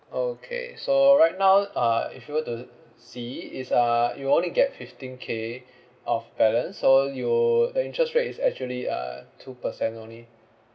okay so right now uh if you were to see it's uh you only get fifteen K of balance so you the interest rate is actually uh two percent only